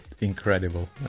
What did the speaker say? incredible